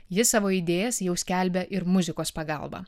jis savo idėjas jau skelbia ir muzikos pagalba